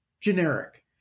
generic